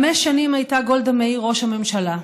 חמש שנים הייתה גולדה מאיר ראש הממשלה,